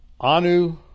anu